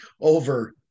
over